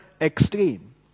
extreme